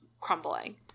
crumbling